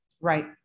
Right